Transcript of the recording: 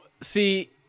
see